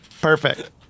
Perfect